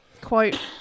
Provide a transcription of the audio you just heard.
quote